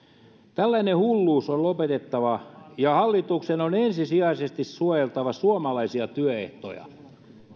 tällainen hulluus on lopetettava ja hallituksen on ensisijaisesti suojeltava suomalaisia työehtoja